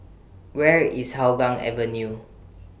Where IS Hougang Avenue